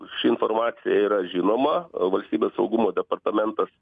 ši informacija yra žinoma valstybės saugumo departamentas